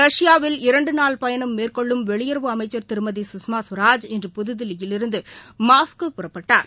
ரஷ்யாவில் இரண்டுநாள் பயணம் மேற்கொள்ளும் வெளியுறவு அமைச்சர் திருமதி சுஷ்மா ஸ்வராஜ் இன்றுதில்லியிலிருந்தமாஸ்கோ புறப்பட்டார்